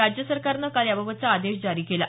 राज्य सरकारनं काल याबाबतचा आदेश जारी केला